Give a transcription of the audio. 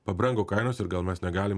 pabrango kainos ir gal mes negalim